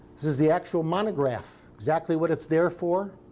this is the actual monograph exactly what it's there for.